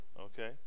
Okay